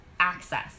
Access